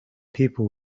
people